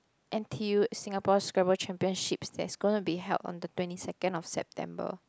n_t_u Singapore Scrabble championships that is going to be held on the twenty second of September